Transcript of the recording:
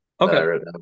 Okay